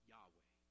Yahweh